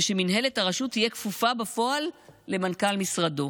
ושמינהלת הרשות תהיה כפופה בפועל למנכ"ל משרדו.